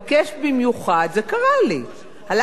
זה קרה לי, הלכתי ל "סטימצקי",